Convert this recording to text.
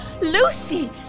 Lucy